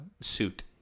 suit